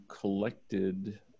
collected